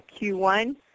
Q1